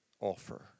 offer